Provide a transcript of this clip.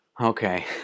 Okay